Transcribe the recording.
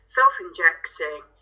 self-injecting